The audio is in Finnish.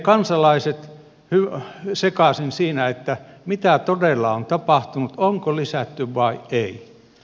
kansalaiset menevät sekaisin siinä mitä todella on tapahtunut onko lisätty vai ei